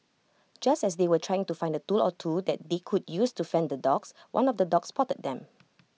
just as they were trying to find A tool or two that they could use to fend the dogs one of the dogs spotted them